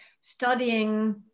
studying